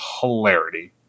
hilarity